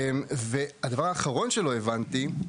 הדבר האחרון שלא הבנתי, ולדעתי הוא